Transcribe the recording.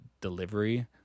delivery